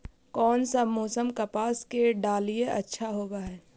कोन सा मोसम कपास के डालीय अच्छा होबहय?